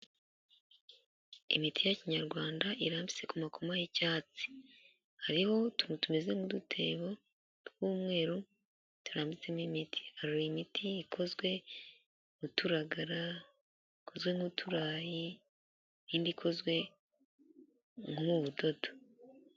Imiti ya kinyarwanda irambitse ku makoma y'icyatsi. Hariho utuntu tumeze nk'udutebo tw'umweru turambitsemo imiti. Hari imiti ikozwe nk'uturagara ikozwe nk'uturayi nindi ikozwe nk'ubudodo.